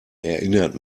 erinnert